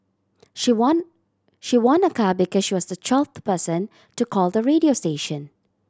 she won she won a car because she was the twelfth person to call the radio station